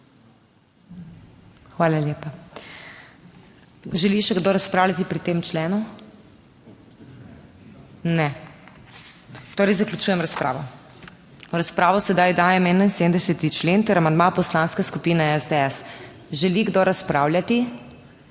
Hvala lepa. Želi še kdo razpravljati pri tem členu? (Ne.) Torej zaključujem razpravo. V razpravo sedaj dajem 71. člen ter amandma Poslanske skupine SDS. Želi kdo razpravljati?